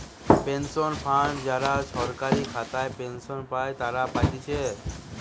pension fund যারা সরকারি খাতায় পেনশন পাই তারা পাতিছে